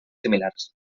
similars